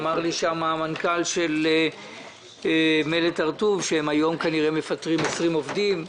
אמר לי שם המנכ"ל של מלט הר-טוב שהם כנראה היום מפטרים 20 עובדים.